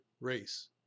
race